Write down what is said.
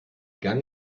gang